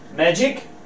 Magic